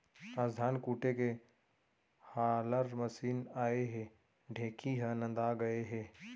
आज धान कूटे के हालर मसीन आए ले ढेंकी ह नंदा गए हे